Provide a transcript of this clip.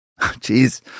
Jeez